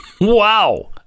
Wow